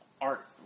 art